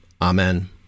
Amen